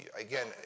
again